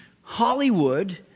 Hollywood